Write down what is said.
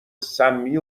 سمی